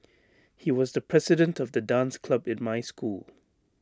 he was the president of the dance club in my school